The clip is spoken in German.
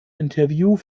interview